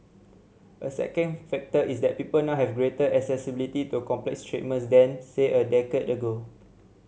a second factor is that people now have greater accessibility to complex treatments than say a decade ago